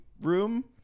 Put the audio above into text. room